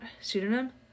pseudonym